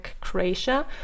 Croatia